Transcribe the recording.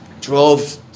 Drove